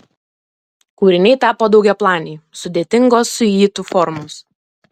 kūriniai tapo daugiaplaniai sudėtingos siuitų formos